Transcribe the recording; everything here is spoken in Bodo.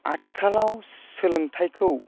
आथिखालाव सोलोंथायखौ